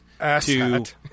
Asshat